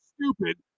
stupid